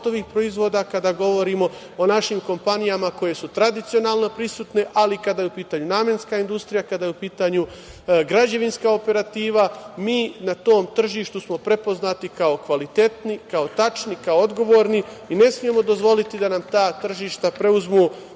kada govorimo o našim kompanijama koje su tradicionalno prisutne. Ali, kada je u pitanju namenska industrija, kada je u pitanju građevinska operativa, mi smo na tom tržištu prepoznati kao kvalitetni, kao tačni, kao odgovorni i ne smemo dozvoliti da nam ta tržišta preuzmu